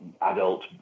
adult